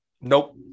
nope